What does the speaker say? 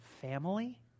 family